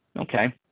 okay